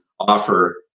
Offer